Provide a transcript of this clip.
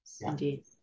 indeed